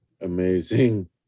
amazing